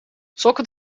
sokken